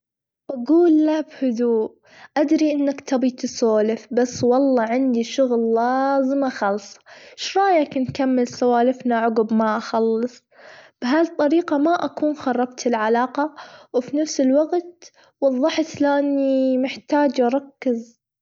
بجول له بهدوء أدري أنك تبي تسولف، بس والله عندي شغل لازم أخلصه إيش رأيك نكمل سوالفنا عجب ما اخلص؟ بهالطريقة ما أكون خربت العلاقة وفي نفس الوجت وظحت لأني محتاجة أركز.